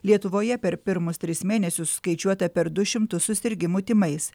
lietuvoje per pirmus tris mėnesius suskaičiuota per du šimtus susirgimų tymais